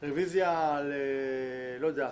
באלול התש"ף,